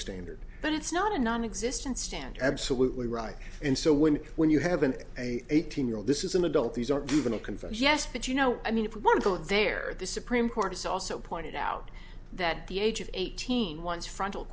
standard but it's not a nonexistent standard absolutely right and so when when you have an eighteen year old this is an adult these aren't even a confirmed yesterday you know i mean if you want to go there the supreme court has also pointed out that the age of eighteen one's frontal